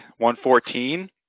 114